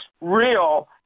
real